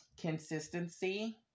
Consistency